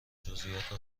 جزییات